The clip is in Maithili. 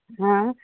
हँ